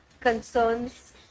concerns